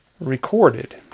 recorded